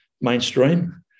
mainstream